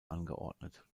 angeordnet